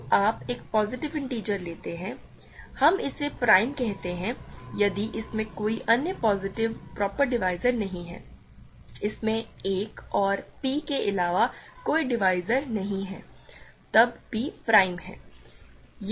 तो आप एक पॉजिटिव इंटिजर लेते हैं हम इसे प्राइम कहते हैं यदि इसमें कोई अन्य पॉजिटिव प्रॉपर डिवीज़र नहीं है इसमें 1 और p के अलावा कोई डिवीज़र नहीं है तब p प्राइम है